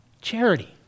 Charity